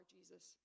Jesus